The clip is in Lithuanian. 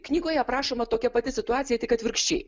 knygoje aprašoma tokia pati situacija tik atvirkščiai